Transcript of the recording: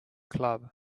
club